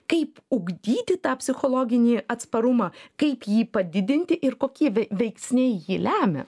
kaip ugdyti tą psichologinį atsparumą kaip jį padidinti ir kokie veiksniai jį lemia